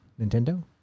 Nintendo